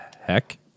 heck